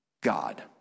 God